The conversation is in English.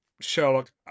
Sherlock